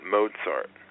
Mozart